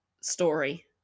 story